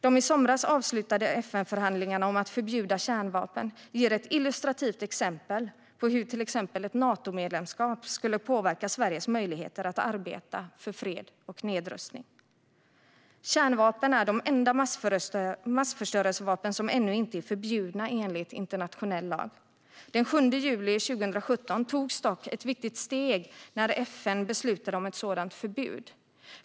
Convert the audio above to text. De i somras avslutade FN-förhandlingarna om att förbjuda kärnvapen ger ett illustrativt exempel på hur till exempel ett Natomedlemskap skulle påverka Sveriges möjligheter att arbeta för fred och nedrustning. Kärnvapen är de enda massförstörelsevapen som ännu inte är förbjudna enligt internationell lag. Den 7 juli 2017 togs dock ett viktigt steg när FN beslutade om ett sådant förbud.